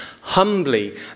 humbly